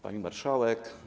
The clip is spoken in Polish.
Pani Marszałek!